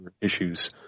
issues